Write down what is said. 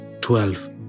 twelve